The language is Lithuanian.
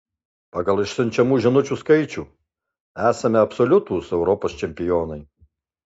pagal išsiunčiamų žinučių skaičių esame absoliutūs europos čempionai